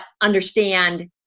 understand